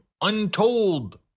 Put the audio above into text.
untold